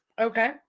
Okay